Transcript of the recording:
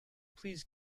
please